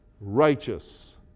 righteous